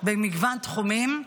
שלנו במגוון תחומים,